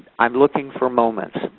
i'm looking for moments.